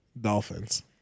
Dolphins